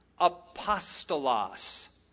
apostolos